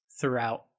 throughout